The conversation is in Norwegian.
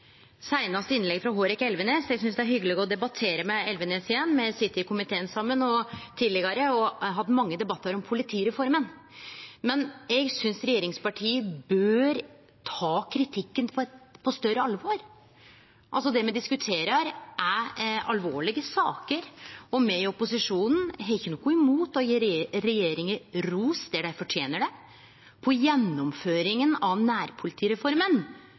seinast i innlegget frå Hårek Elvenes. Eg synest det er hyggeleg å debattere med Elvenes igjen, me har sete i komiteen saman tidlegare, og me har hatt mange debattar om politireforma. Men eg synest regjeringspartia bør ta kritikken på større alvor. Det me diskuterer, er alvorlege saker. Me i opposisjonen har ikkje noko imot å gje regjeringa ros der dei fortener det. Når det gjeld gjennomføringa av nærpolitireforma,